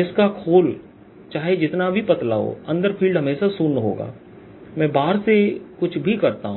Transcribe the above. जिसका खोल चाहे कितना भी पतला हो अंदर फील्ड हमेशा शून्य होगा मैं बाहर से कुछ भी करता हूं